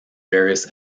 various